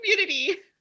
community